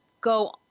go